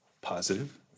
positive